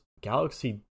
galaxy